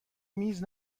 میز